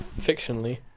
fictionally